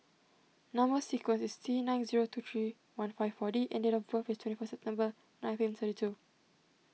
Number Sequence is T nine zero two three one five four D and date of birth is twenty four September nineteen thirty two